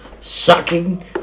sucking